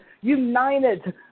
united